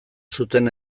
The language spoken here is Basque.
zuten